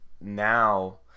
now